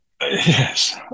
Yes